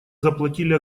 заплатили